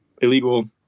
illegal